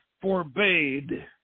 forbade